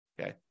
Okay